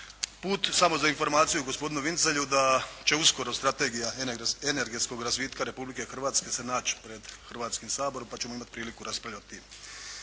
put. Samo za informaciju gospodinu Vincelju da će uskoro strategija energetskog razvitka Republike Hrvatske se naći pred Hrvatskim saborom pa ćemo imati priliku raspravljati